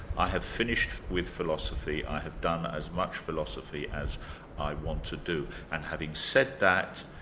i have finished with philosophy, i have done as much philosophy as i want to do', and having said that,